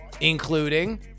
including